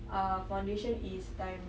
err foundation is time